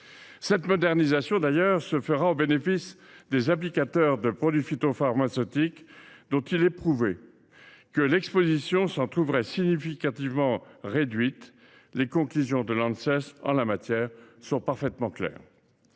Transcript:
Cette modernisation se ferait d’ailleurs au bénéfice des applicateurs de produits phytopharmaceutiques, dont il est prouvé que l’exposition s’en trouverait significativement réduite – les conclusions de l’Anses en la matière sont parfaitement claires.